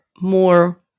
more